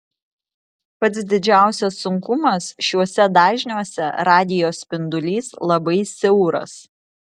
pats didžiausias sunkumas šiuose dažniuose radijo spindulys labai siauras